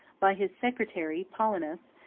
by his secretary paulinus,